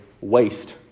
waste